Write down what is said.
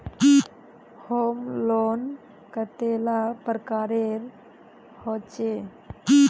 Home loan कतेला प्रकारेर होचे?